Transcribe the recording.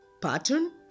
pattern